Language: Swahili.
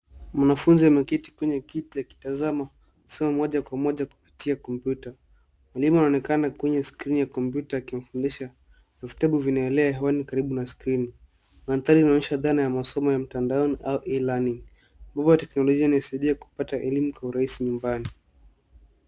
Mwanafunzi ameketi kwenye kiti akitazama somo moja kwa moja kupitia kompyuta. Mwalimu anaonekana kwenye skrini ya kompyuta akimfundisha na vitabu vinaelea hewani karibu na skrini. Madhari inaonyesha dhana ya masomo ya mtandaoni au E_Learning .Mfumo wa teknolojia unaosaidia kupata elimu kwa urahisi nyumbani.